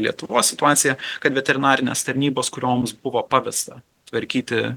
lietuvos situacija kad veterinarinės tarnybos kurioms buvo pavesta tvarkyti